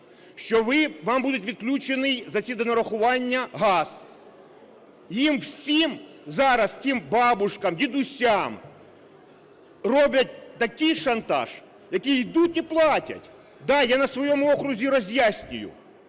що вам буде відключений за ці донарахування газ. Їм всім зараз, цим бабушкам, дідусям, роблять такий шантаж, які йдуть і платять. Так, я на своєму окрузі роз'яснюю,